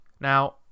Now